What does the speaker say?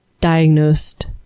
diagnosed